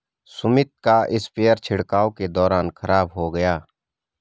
सुमित का स्प्रेयर छिड़काव के दौरान खराब हो गया